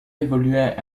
évoluait